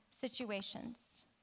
situations